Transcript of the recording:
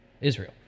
Israel